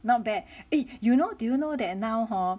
not bad eh you know do you know that now hor